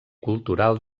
cultural